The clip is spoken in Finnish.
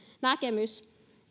näkemys